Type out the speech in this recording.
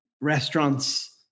restaurants